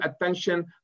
attention